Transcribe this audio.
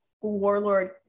warlord